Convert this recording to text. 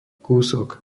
kúsok